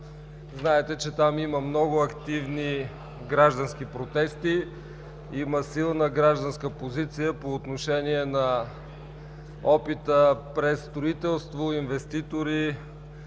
Знаете, че там има много активни граждански протести, има силна гражданска позиция по отношение на опита – през строителство, инвеститори